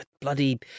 bloody